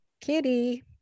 Kitty